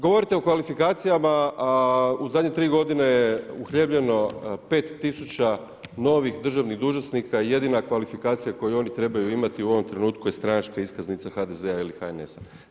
Govorite o kvalifikacijama, a u zadnje 3 g. je uhljebljeno 5000 novih državnih dužnosnika, jedina kvalifikacija koji oni trebaju imati, u ovom trenutku je stranačka iskaznica HDZ ili HNS-a.